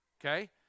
Okay